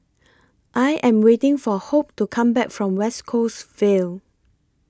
I Am waiting For Hope to Come Back from West Coast Vale